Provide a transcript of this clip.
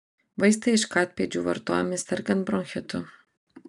vaistai iš katpėdžių vartojami sergant bronchitu